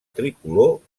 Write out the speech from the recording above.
tricolor